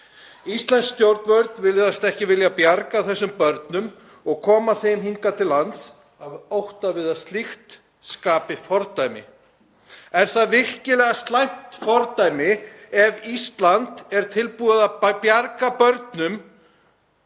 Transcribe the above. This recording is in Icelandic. Íslensk stjórnvöld virðast ekki vilja bjarga þessum börnum og koma þeim hingað til lands af ótta við að slíkt skapi fordæmi. Er það virkilega slæmt fordæmi ef Ísland er tilbúið til að bjarga börnum